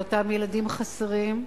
מאותם ילדים חסרים,